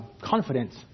confidence